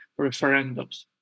referendums